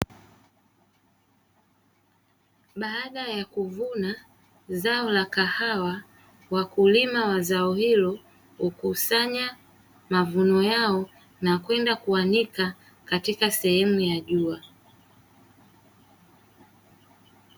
Baada ya kuvuna zao la kahawa, wakulima wa zao hilo, hukusanya mavuno yao na kwenda kuanika katika sehemu ya jua.